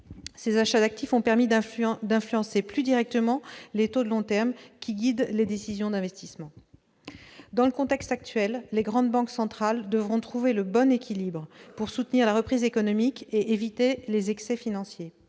Ces achats d'actifs ont permis d'influencer plus directement les taux de long terme, qui guident les décisions d'investissement. Dans le contexte actuel, les grandes banques centrales devront trouver le bon équilibre pour soutenir la reprise économique et éviter les excès financiers.